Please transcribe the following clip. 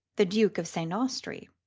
the duke of st. austrey.